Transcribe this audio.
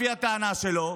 לפי הטענה שלו,